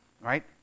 right